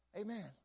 Amen